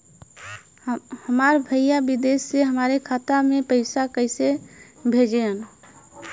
हमार भईया विदेश से हमारे खाता में पैसा कैसे भेजिह्न्न?